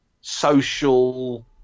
social